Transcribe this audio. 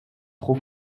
trop